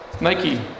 Nike